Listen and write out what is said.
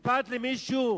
אכפת למישהו?